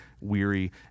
weary